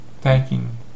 thanking